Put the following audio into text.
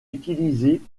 utilisée